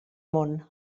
món